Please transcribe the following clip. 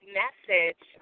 message